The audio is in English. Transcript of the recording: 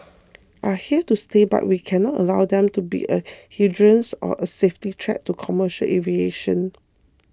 are here to stay but we cannot allow them to be a hindrance or a safety threat to commercial aviation